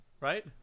right